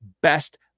best